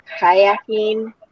kayaking